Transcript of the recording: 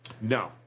No